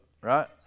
right